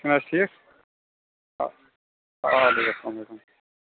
چھُ نہ حظ ٹھیٖک آ ادٕ حَظ اسلام علیکُم